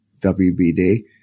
WBD